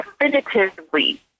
definitively